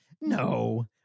No